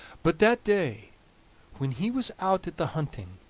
but that day when he was out at the hunting,